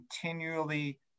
continually